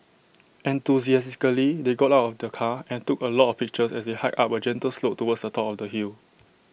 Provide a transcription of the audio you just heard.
enthusiastically they got out of the car and took A lot of pictures as they hiked up A gentle slope towards the top of the hill